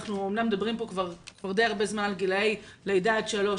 אומנם אנחנו מדברים פה כבר די הרבה זמן על גיל לידה עד שלוש,